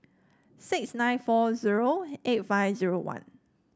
six nine four zero eight five zero one